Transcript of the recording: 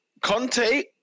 Conte